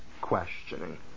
questioning